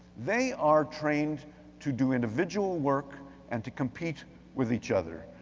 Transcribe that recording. they are trained to do individual work and to compete with each other.